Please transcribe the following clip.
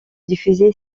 diffusé